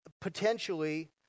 potentially